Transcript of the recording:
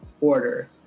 order